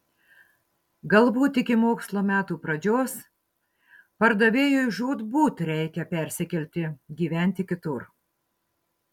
galbūt iki mokslo metų pradžios pardavėjui žūtbūt reikia persikelti gyventi kitur